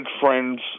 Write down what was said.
friends